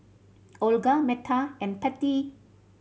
Olga Metta and Pattie